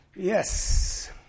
Yes